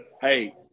hey